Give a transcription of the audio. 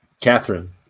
Catherine